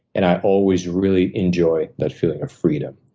and i always really enjoy that feeling of freedom.